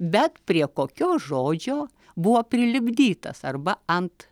bet prie kokio žodžio buvo prilipdytas arba ant